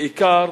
בעיקר